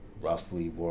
roughly